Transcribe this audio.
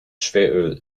schweröl